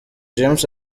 james